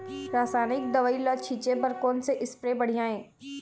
रासायनिक दवई ला छिचे बर कोन से स्प्रे बढ़िया हे?